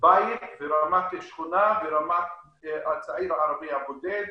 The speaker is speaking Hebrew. בית ורמת שכונה ורמת הצעיר הערבי הבודד,